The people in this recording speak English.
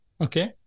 okay